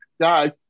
guys